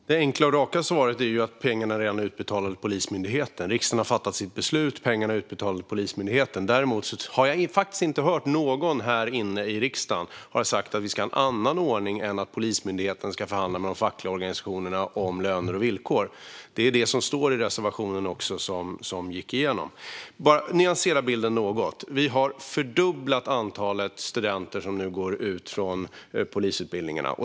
Fru talman! Det enkla och raka svaret är att pengarna redan är utbetalda till Polismyndigheten. Riksdagen har fattat sitt beslut, och pengar har betalats ut. Men jag har faktiskt inte hört någon här i riksdagen säga att vi ska ha en annan ordning än att Polismyndigheten ska förhandla med de fackliga organisationerna om löner och villkor. Det är också detta som står i den reservation som gick igenom. Jag vill nyansera bilden något. Vi har fördubblat antalet studenter som går ut från polisutbildningarna.